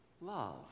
love